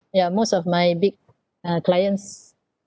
ya most of my big uh clients